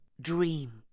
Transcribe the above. dream